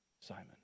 Simon